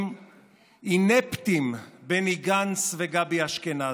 עם אִינֶפְּטִים, בני גנץ וגבי אשכנזי.